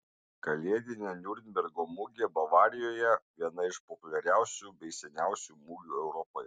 kalėdinė niurnbergo mugė bavarijoje viena iš populiariausių bei seniausių mugių europoje